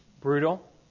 brutal